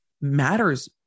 matters